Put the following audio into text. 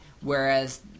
whereas